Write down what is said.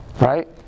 Right